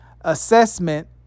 assessment